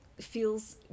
feels